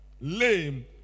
lame